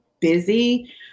busy